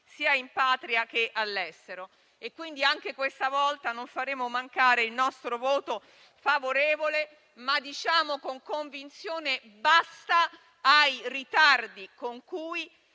sia in Patria che all'estero. Pertanto neanche questa volta faremo mancare il nostro voto favorevole, ma diciamo con convinzione basta ai ritardi con cui